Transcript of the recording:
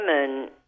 women